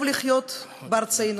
טוב לחיות בארצנו,